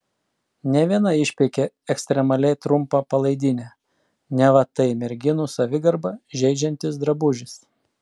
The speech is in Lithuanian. ne viena išpeikė ekstremaliai trumpą palaidinę neva tai merginų savigarbą žeidžiantis drabužis